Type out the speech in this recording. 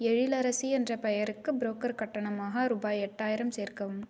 எழிலரசி என்ற பெயருக்கு புரோக்கர் கட்டணமாக ரூபாய் எட்டாயிரம் சேர்க்கவும்